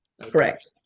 Correct